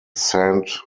saint